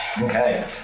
Okay